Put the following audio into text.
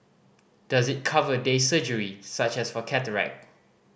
does it cover day surgery such as for cataract